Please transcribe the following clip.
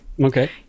Okay